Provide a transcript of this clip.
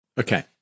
Okay